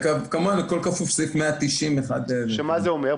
כמובן, הכול בכפוף לסעיף 190. שמה זה אומר?